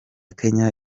kenya